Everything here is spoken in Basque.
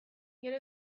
gero